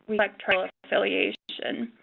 collect tribal affiliation.